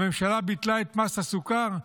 הממשלה ביטלה את מס הסוכר,